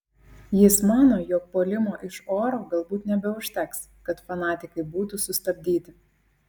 jis mano jog puolimo iš oro galbūt nebeužteks kad fanatikai būtų sustabdyti